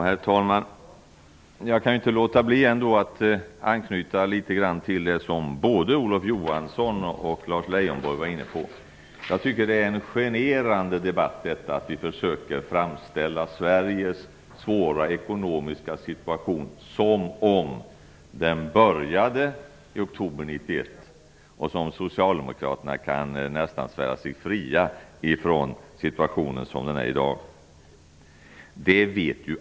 Herr talman! Jag kan inte låta bli att anknyta litet grand till vad både Olof Johansson och Lars Leijonborg var inne på. Jag tycker att det är en generande debatt när vi försöker framställa Sveriges svåra ekonomiska situation som om den började i oktober 1991 och att Socialdemokraterna kan nästan svära sig fria från situationen i dag.